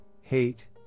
hate